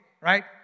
right